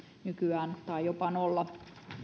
nykyään tai jopa nolla